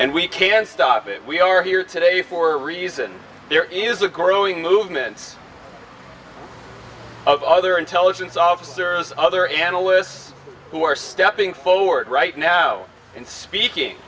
and we can stop it we are here today for a reason there is a growing movement of other intelligence officers other analysts who are stepping forward right now and speaking